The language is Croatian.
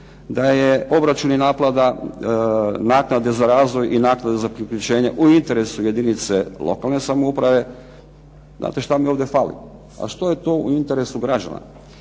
da je obračun i naplata naknade za razvoj i naknade za priključenje u interesu jedinice lokalne samouprave. Znat što mi ovdje fali? A što je to u interesu građana?